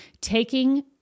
taking